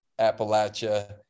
Appalachia